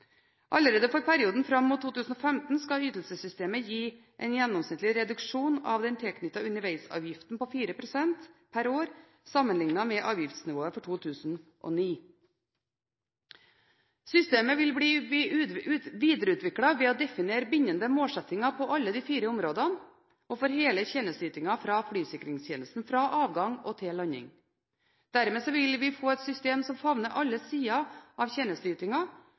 Allerede for perioden fram mot 2015 skal ytelsessystemet gi en gjennomsnittlig reduksjon av den tilknyttede underveisavgiften på 4 pst. per år sammenlignet med avgiftsnivået for 2009. Systemet vil bli videreutviklet ved å definere bindende målsettinger på alle de fire områdene og for hele tjenesteytingen fra flysikringstjenesten fra avgang og til landing. Dermed vil vi få et system som favner alle sider av tjenesteytingen,